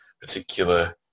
particular